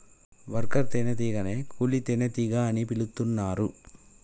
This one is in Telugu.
వర్కర్ తేనే టీగనే కూలీ తేనెటీగ అని పిలుతున్నరు